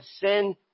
sin